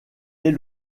est